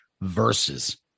verses